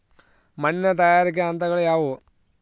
ಮಣ್ಣಿನ ತಯಾರಿಕೆಯ ಹಂತಗಳು ಯಾವುವು?